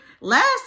last